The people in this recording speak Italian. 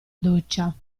doccia